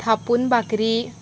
थापून भाकरी